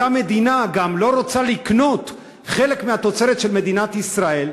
אותה מדינה גם לא רוצה לקנות חלק מהתוצרת של מדינת ישראל,